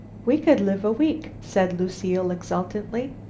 we could live a week, said lucile exultantly,